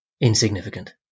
insignificant